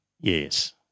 Yes